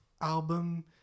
album